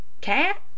Cat